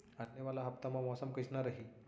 आने वाला हफ्ता मा मौसम कइसना रही?